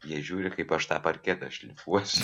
jie žiūri kaip aš tą parketą šlifuosiu